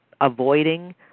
avoiding